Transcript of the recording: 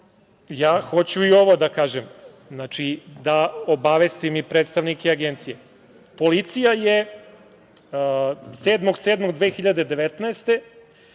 ja hoću i ovo da kažem, znači, da obavestim i predstavnike Agencije. Policija je 7. jula 2019.